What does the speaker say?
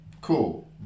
Cool